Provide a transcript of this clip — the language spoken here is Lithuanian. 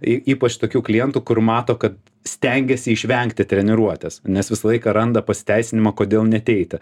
y ypač tokių klientų kur mato kad stengiasi išvengti treniruotės nes visą laiką randa pasiteisinimą kodėl neateiti